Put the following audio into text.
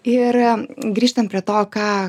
ir grįžtant prie to ką